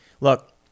Look